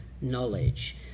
knowledge